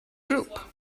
group